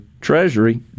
Treasury